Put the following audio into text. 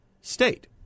state